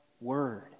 Word